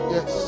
Yes